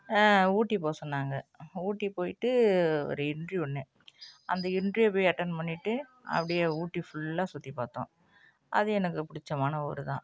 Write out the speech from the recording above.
ஊட்டி போக சொன்னாங்க ஊட்டி போயிவிட்டு ஒரு இன்ட்ரீவீயூ ஒன்று அந்த இன்ட்ரீவ்வை போய் அட்டன்ட் பண்ணிவிட்டு அப்படியே ஊட்டி ஃபுல்லாக சுற்றிப் பார்த்தோம் அது எனக்கு பிடிச்சமான ஊர் தான்